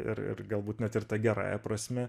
ir ir galbūt net ir ta gerąja prasme